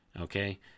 Okay